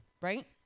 right